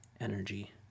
energy